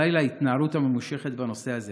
די להתנערות הממושכת בנושא הזה.